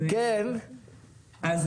מרינה היא